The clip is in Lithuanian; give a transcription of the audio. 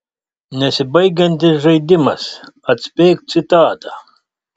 nesibaigiantis žaidimas atspėk citatą